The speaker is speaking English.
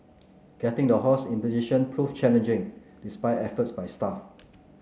getting the horse in position prove challenging despite efforts by staff